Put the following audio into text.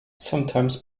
sometimes